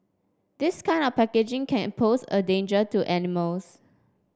this kind of packaging can a pose a danger to animals